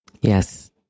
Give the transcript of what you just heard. Yes